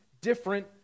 different